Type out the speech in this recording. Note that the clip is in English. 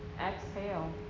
Exhale